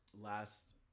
last